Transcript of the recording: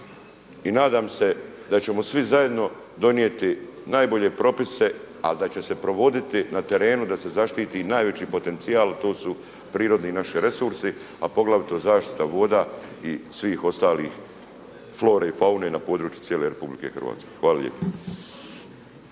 I nadam se da ćemo svi zajedno donijeti najbolje propise, ali da će se provoditi na terenu da se zaštiti najveći potencijal, to su prirodni naši resursi, a poglavito zaštita voda i svih ostalih flore i faune na području cijele RH. Hvala lijepo.